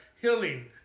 healing